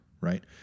right